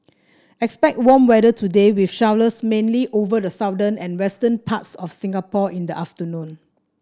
expect warm weather today with showers mainly over the southern and western parts of Singapore in the afternoon